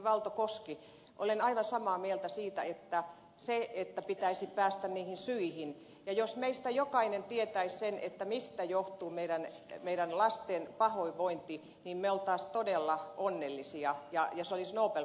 valto koski olen aivan samaa mieltä siitä että pitäisi päästä niihin syihin ja jos meistä jokainen tietäisi sen mistä johtuu meidän lastemme pahoinvointi me olisimme todella onnellisia ja se olisi nobel palkinnon arvoista